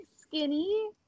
skinny